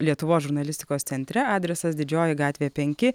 lietuvos žurnalistikos centre adresas didžioji gatvė penki